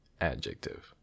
Adjective